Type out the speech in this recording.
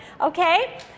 okay